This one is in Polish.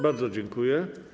Bardzo dziękuję.